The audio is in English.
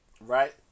right